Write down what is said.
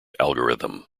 algorithm